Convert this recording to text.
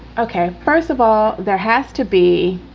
ok, first of all, there has to be.